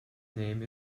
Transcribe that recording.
name